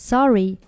Sorry